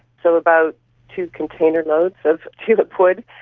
so about two container-loads of tulipwood.